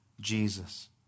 Jesus